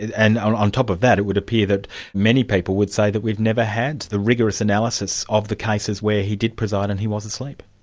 and on on top of that, it would appear that many people would say that we've never had the rigorous analysis of the cases where he did preside and he was asleep.